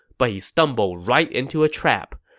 but he stumbled right into a trap.